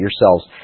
yourselves